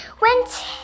went